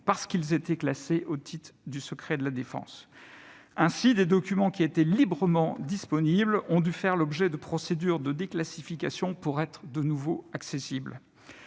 parce qu'ils étaient classés au titre du secret de la défense nationale. Ainsi, des documents qui étaient librement disponibles ont dû faire l'objet de procédures de déclassification pour être de nouveau accessibles.